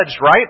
right